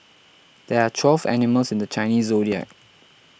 there are twelve animals in the Chinese zodiac